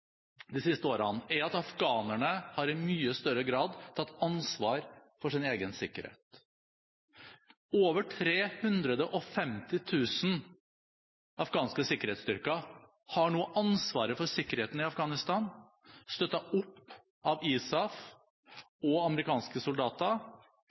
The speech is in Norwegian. de siste årene, er at afghanerne i mye større grad har tatt ansvar for sin egen sikkerhet. Over 350 000 afghanske sikkerhetsstyrker har nå ansvaret for sikkerheten i Afghanistan, støttet opp av